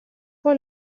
for